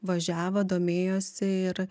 važiavo domėjosi ir